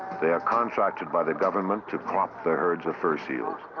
they are contracted by the government to crop their herds of fur seals.